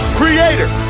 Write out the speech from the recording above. creator